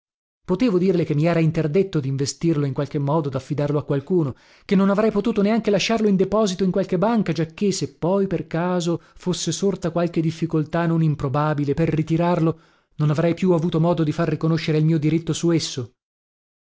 potevo dirle che mi era interdetto dinvestirlo in qualche modo daffidarlo a qualcuno che non avrei potuto neanche lasciarlo in deposito in qualche banca giacché se poi per caso fosse sorta qualche difficoltà non improbabile per ritirarlo non avrei più avuto modo di far riconoscere il mio diritto su esso